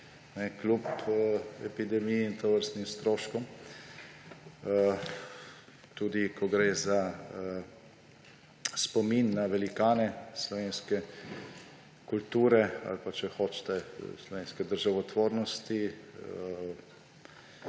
kljub epidemiji in tovrstnim stroškom, tudi ko gre za spomin na velikane slovenske kulture ali pa, če hočete, slovenske državotvornosti.